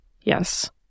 Yes